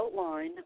outline